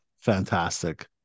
fantastic